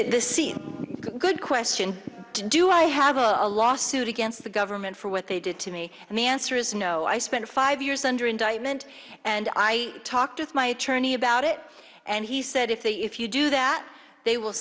this scene good question do i have a lawsuit against the government for what they did to me and the answer is no i spent five years under indictment and i talked with my attorney about it and he said if they if you do that they will